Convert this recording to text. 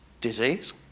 disease